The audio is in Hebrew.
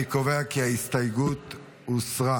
אני קובע כי ההסתייגות הוסרה.